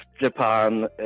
Japan